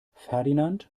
ferdinand